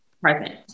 present